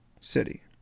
city